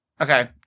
Okay